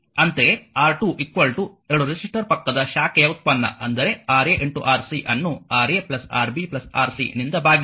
ಅಂತೆಯೇ R2 ಎರಡು resistor ಪಕ್ಕದ ಶಾಖೆಯ ಉತ್ಪನ್ನ ಅಂದರೆ Ra Rc ಅನ್ನು Ra Rb Rc ನಿಂದ ಭಾಗಿಸಿ